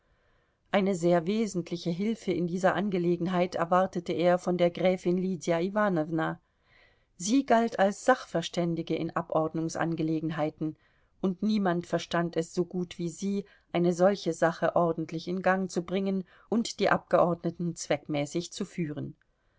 eine sehr wesentliche hilfe in dieser angelegenheit erwartete er von der gräfin lydia iwanowna sie galt als sachverständige in abordnungsangelegenheiten und niemand verstand es so gut wie sie eine solche sache ordentlich in gang zu bringen und die abgeordneten zweckmäßig zu führen